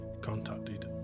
contacted